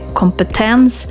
kompetens